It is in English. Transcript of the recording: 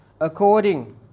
according